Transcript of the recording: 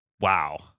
Wow